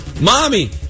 Mommy